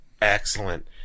Excellent